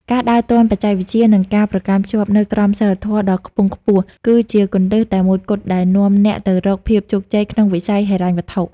ការដើរទាន់បច្ចេកវិទ្យា និងការប្រកាន់ខ្ជាប់នូវក្រមសីលធម៌ដ៏ខ្ពង់ខ្ពស់ គឺជាគន្លឹះតែមួយគត់ដែលនាំអ្នកទៅរកភាពជោគជ័យក្នុងវិស័យហិរញ្ញវត្ថុ។